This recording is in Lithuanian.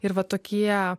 ir va tokie